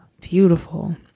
beautiful